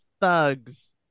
thugs